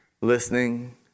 listening